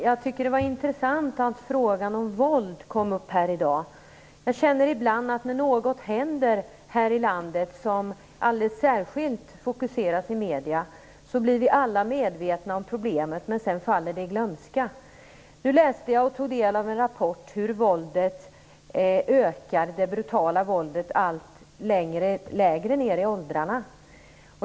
Herr talman! Det var intressant att frågan om våld kom upp här i dag. Jag känner ibland att vi alla, när något händer här i landet som särskilt fokuseras i medierna, blir medvetna om problemet. Men sedan faller det i glömska. Jag läste och tog del av en rapport om hur det brutala våldet ökar i allt lägre åldrar.